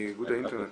מאיגוד האינטרנט,